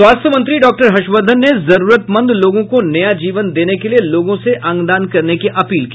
स्वास्थ्य मंत्री डॉक्टर हर्षवर्धन ने जरूरत मंद लोगों को नया जीवन देने के लिए लोगों से अंगदान करने की अपील की